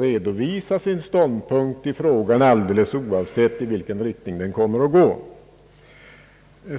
redovisa sin ståndpunkt alldeles oavsett i vilken riktning den går.